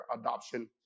adoption